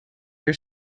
your